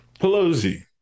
Pelosi